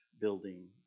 building